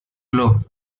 below